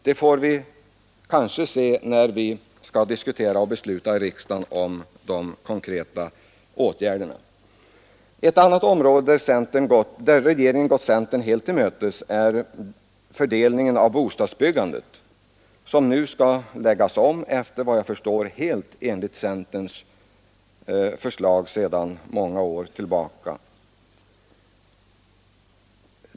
Det får vi kanske se när vi skall diskutera och besluta i riksdagen om de konkreta åtgärderna. Ett område, där regeringen gått centern helt till mötes, är fördelningen av bostadsbyggandet som nu skall läggas om, efter vad jag förstår precis enligt centerns förslag sedan många år tillbaka.